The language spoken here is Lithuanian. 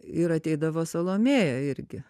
ir ateidavo salomėja irgi